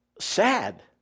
sad